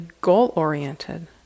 goal-oriented